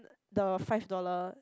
the five dollar